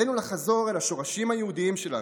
עלינו לחזור לשורשים היהודיים שלנו,